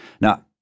Now